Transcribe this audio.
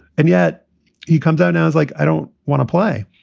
and yet he comes out now is like, i don't want to play.